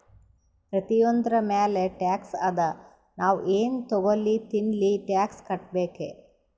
ಪ್ರತಿಯೊಂದ್ರ ಮ್ಯಾಲ ಟ್ಯಾಕ್ಸ್ ಅದಾ, ನಾವ್ ಎನ್ ತಗೊಲ್ಲಿ ತಿನ್ಲಿ ಟ್ಯಾಕ್ಸ್ ಕಟ್ಬೇಕೆ